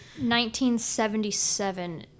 1977